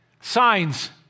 signs